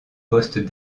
postes